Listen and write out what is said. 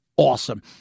Awesome